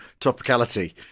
topicality